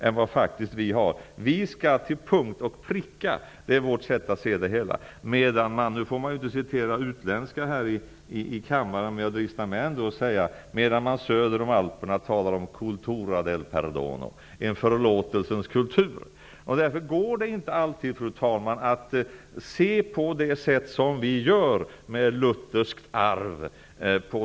Vårt sätt att se det hela är att vi till punkt och pricka skall komma över ribban, medan man söder om alperna talar om -- nu får man inte använda utländska här i kammaren, men jag dristar mig ändå att använda ett italienskt uttryck -- cultura del perdono, en förlåtelsens kultur. Fru talman! Därför går det inte alltid att se på det som påven säger på det sätt som vi gör med vårt lutherska arv.